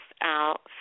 out